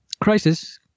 crisis